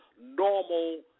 normal